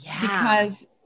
because-